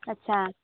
अच्छा